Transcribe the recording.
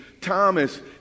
Thomas